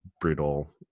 brutal